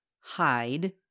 hide